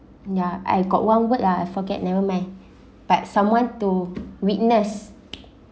ya I got one word lah I forget never mind but someone to witness